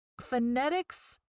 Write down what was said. phonetics